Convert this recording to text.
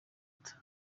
leta